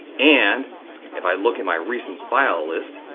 and if i look in my recent file list,